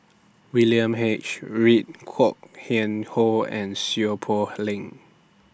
William H Read Kwok Kian Chow and Seow Poh Leng